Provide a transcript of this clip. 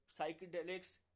Psychedelics